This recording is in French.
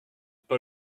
pas